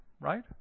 right